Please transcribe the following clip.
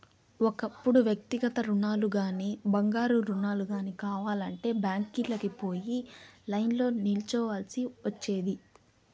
ఒకప్పుడు వ్యక్తిగత రుణాలుగానీ, బంగారు రుణాలు గానీ కావాలంటే బ్యాంకీలకి పోయి లైన్లో నిల్చోవల్సి ఒచ్చేది